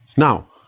now,